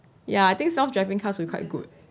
ya I think self driving cars was quite good